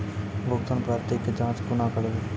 भुगतान प्राप्ति के जाँच कूना करवै?